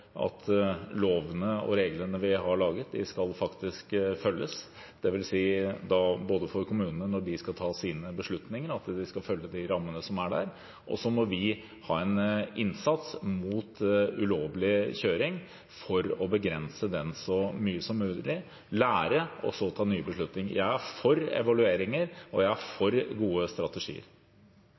at lovene og reglene vi har laget, faktisk skal følges, – at kommunene når de skal ta sine beslutninger, skal følge de rammene som er der. Og så må vi ha en innsats mot ulovlig kjøring for å begrense den så mye som mulig – lære og så ta nye beslutninger. Jeg er for evalueringer, og jeg er for gode strategier.